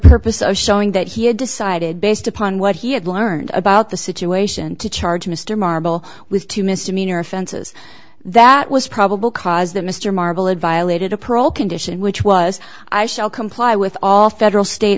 purpose of showing that he had decided based upon what he had learned about the situation to charge mr marble with two misdemeanor offenses that was probable cause that mr marvel of violating a parole condition which was i shall comply with all federal